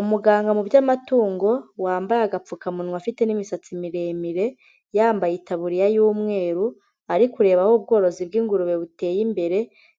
Umuganga mu by'amatungo wambaye agapfukamunwa afite n'imisatsi miremire, yambaye itaburiya y'umweru, ari kureba aho ubworozi bw'ingurube buteye imbere,